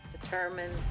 determined